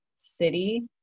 city